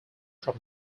from